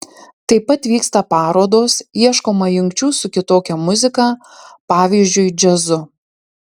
taip pat vyksta parodos ieškoma jungčių su kitokia muzika pavyzdžiui džiazu